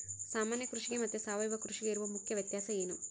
ಸಾಮಾನ್ಯ ಕೃಷಿಗೆ ಮತ್ತೆ ಸಾವಯವ ಕೃಷಿಗೆ ಇರುವ ಮುಖ್ಯ ವ್ಯತ್ಯಾಸ ಏನು?